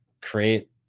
create